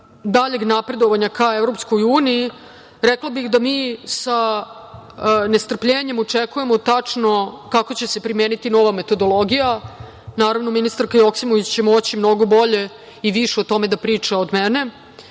daljeg napredovanja ka EU, rekla bih da mi sa nestrpljenjem očekujemo tačno kako će se primeniti nova metodologija. Naravno, ministarka Joksimović će moći mnogo bolje i više o tome da priča od mene,